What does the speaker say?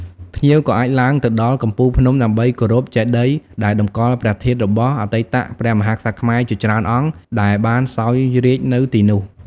ភ្ញៀវក៏អាចឡើងទៅដល់កំពូលភ្នំដើម្បីគោរពចេតិយដែលតម្កល់ព្រះធាតុរបស់អតីតព្រះមហាក្សត្រខ្មែរជាច្រើនអង្គដែលបានសោយរាជ្យនៅទីនោះ។